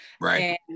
right